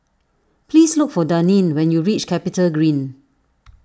please look for Daneen when you reach CapitaGreen